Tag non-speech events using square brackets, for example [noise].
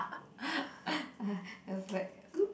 [breath] I was like !oops!